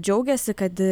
džiaugiasi kad